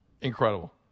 Incredible